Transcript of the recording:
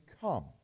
come